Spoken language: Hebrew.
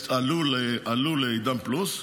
עלו לעידן פלוס,